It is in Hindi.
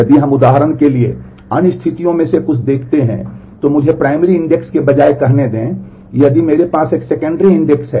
यदि हम उदाहरण के लिए अन्य स्थितियों में से कुछ में देखते हैं तो मुझे प्राइमरी इंडेक्स है